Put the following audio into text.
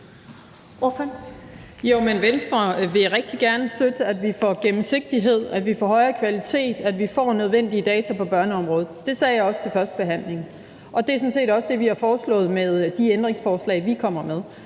Venstre vil rigtig gerne støtte, at vi får gennemsigtighed, at vi får højere kvalitet, at vi får nødvendige data på børneområdet. Det sagde jeg også til førstebehandlingen. Det er sådan set også det, vi har foreslået med de ændringsforslag, vi kommer med.